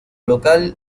local